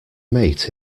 mate